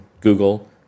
Google